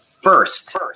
first